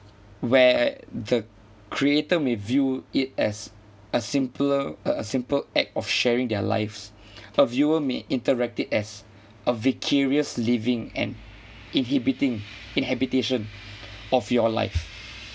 where the creator may view it as a simpler uh a simple act of sharing their lives a viewer may interact it as a vicarious leaving and inhibiting inhabitation of your life